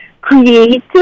Create